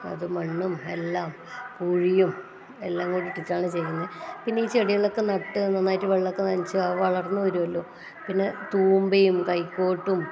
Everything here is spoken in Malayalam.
അത് മണ്ണും എല്ലാം പൂഴിയും എല്ലാം കൂടിയിട്ടിട്ടാണ് ചെയ്യുന്നത് പിന്നെ ഈ ചെടികളൊക്കെ നട്ട് നന്നായിട്ട് വെള്ളമൊക്കെ നനച്ച് അത് വളർന്നു വരുമല്ലോ പിന്നെ തൂമ്പയും കൈക്കോട്ടും